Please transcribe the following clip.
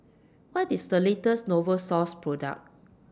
What IS The latest Novosource Product